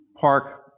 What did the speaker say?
park